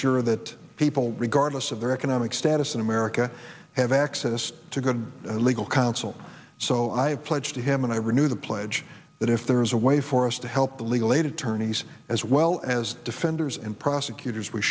sure that people regardless of their economic status in america have access to good legal counsel so i have pledged to him and i renew the pledge that if there is a way for us to help the legal aid attorneys as well as defenders and prosecutors we